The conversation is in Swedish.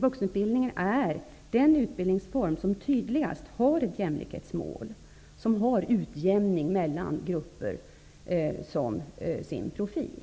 Vuxenutbildningen är den utbildningsform som tydligast har ett jämlikhetsmål och som har utjämning mellan grupper som sin profil.